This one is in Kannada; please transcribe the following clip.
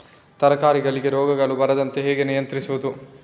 ತರಕಾರಿಗಳಿಗೆ ರೋಗಗಳು ಬರದಂತೆ ಹೇಗೆ ನಿಯಂತ್ರಿಸುವುದು?